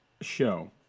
show